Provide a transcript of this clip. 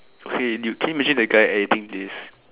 okay dude can you imagine the guy editing this